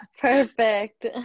Perfect